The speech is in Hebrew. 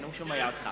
כן, הוא שומע אותך.